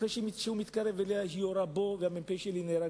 אחרי שהוא מתקרב אליה היא יורה בו והמ"פ שלי נהרג,